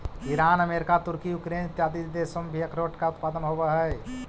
Iran America तुर्की Ukraine इत्यादि देशों में भी अखरोट का उत्पादन होवअ हई